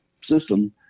system